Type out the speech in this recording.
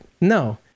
no